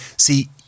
See